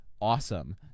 awesome